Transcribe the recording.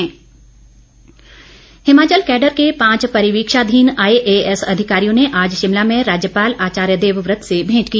भेंट हिमाचल कैडर के पांच परिवीक्षाधीन आईएएस अधिकारियों ने आज शिमला में राज्यपाल आचार्य देवव्रत से मेंट की